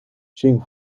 ching